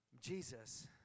Jesus